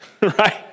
Right